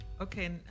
okay